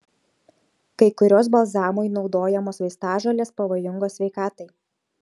kai kurios balzamui naudojamos vaistažolės pavojingos sveikatai